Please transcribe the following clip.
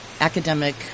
academic